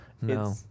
No